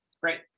great